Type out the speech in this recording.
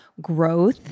growth